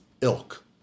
ilk